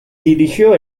dirigió